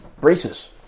Braces